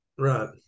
Right